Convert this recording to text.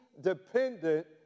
dependent